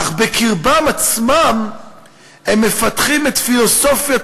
אולם בקרבם עצמם הם מפתחים פילוסופיית